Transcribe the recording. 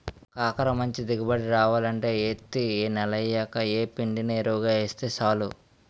కాకర మంచి దిగుబడి రావాలంటే యిత్తి నెలయ్యాక యేప్పిండిని యెరువుగా యేస్తే సాలు